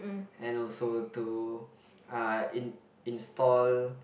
and also to uh in install